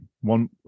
one